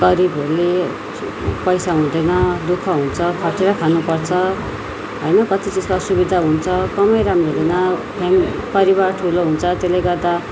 गरिबहरूले पैसा हुँदैन दुःख हुन्छ खटेर खानु पर्छ होइन कति चिजको असुविधा हुन्छ कमाइ राम्रो हुँदैन फेम परिवार ठुलो हुन्छ त्यसले गर्दा